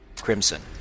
crimson